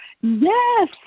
yes